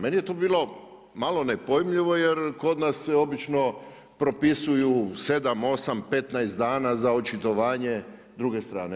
Meni je to bilo malo nepojmljivo jer kod nas se obično propisuju 7, 8 15 dana za očitovanje druge strane.